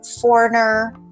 foreigner